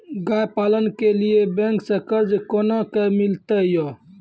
गाय पालन के लिए बैंक से कर्ज कोना के मिलते यो?